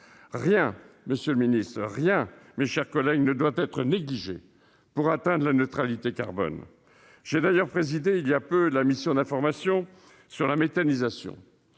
biogaz. Monsieur le ministre, mes chers collègues, rien ne doit être négligé pour atteindre la neutralité carbone. J'ai d'ailleurs présidé voilà peu la mission d'information sur la méthanisation.